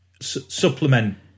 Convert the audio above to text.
supplement